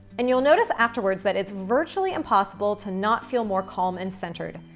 and you'll notice afterwards that it's virtually impossible to not feel more calm and centered.